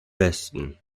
besten